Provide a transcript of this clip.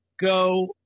go